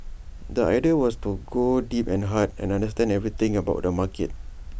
the idea was to go deep and hard and understand everything about the market